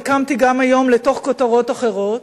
וקמתי גם היום לתוך כותרות אחרות,